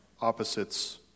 Opposites